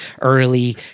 early